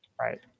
Right